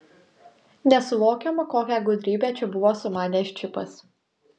nesuvokiama kokią gudrybę čia buvo sumanęs čipas